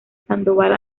sandoval